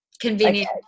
Convenient